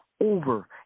over